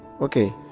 Okay